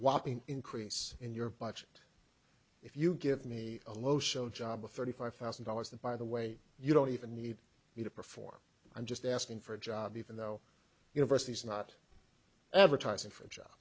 whopping increase in your budget if you give me a low show job with thirty five thousand dollars and by the way you don't even need me to perform i'm just asking for a job even though universities not advertising for a job